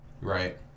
Right